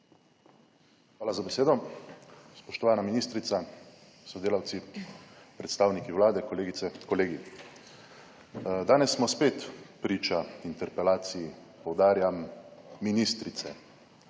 Hvala za besedo. Spoštovana ministrica s sodelavci, predstavniki Vlade, kolegice, kolegi! Danes smo spet priče interpelaciji, poudarjam, ministrice,